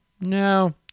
No